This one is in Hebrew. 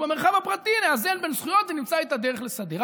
ובמרחב הפרטי נאזן בין זכויות ונמצא את הדרך לסדר.